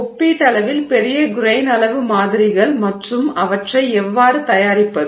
ஒப்பீட்டளவில் பெரிய கிரெய்ன் அளவு மாதிரிகள் மற்றும் அவற்றை எவ்வாறு தயாரிப்பது